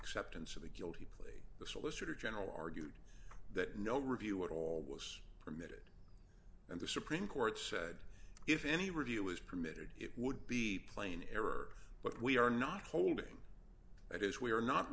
acceptance of the guilty plea the solicitor general argued that no review it all was permitted and the supreme court said if any review was permitted it would be plain error but we are not holding it as we are not